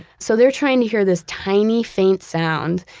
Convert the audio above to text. so they're trying to hear this tiny, faint sound,